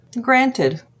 Granted